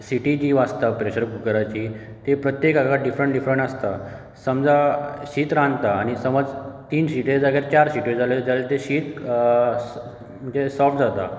सीटी जी वाजता प्रेशर कुकराची ती प्रत्येक हाका डिफ्रंट डिफ्रंट आसता समजा शीत रांदता आनी समज तीन सीटी जाल्यार चार सीट्यो जाली जाल्यार तें शीत म्हणजे सोफ्ट जाता